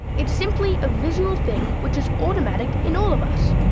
it's simply a visual thing which is automatic in all of us.